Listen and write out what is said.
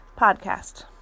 podcast